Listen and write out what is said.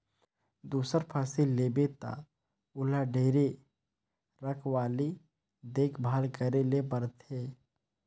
दूसर फसिल लेबे त ओला ढेरे रखवाली देख भाल करे ले परथे